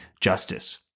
justice